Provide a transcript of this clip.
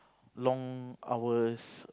long hours